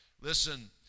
Listen